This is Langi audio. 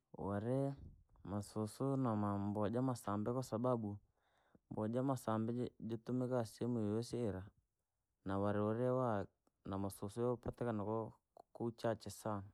Warii masusu na mbowaa jaa masambii, kwasababu mbowaa jaa masambii jiji jaatumikaa sehemu yoyesi iraa, na wanii waniwa na masusu yaapatikana, koo uchache sa.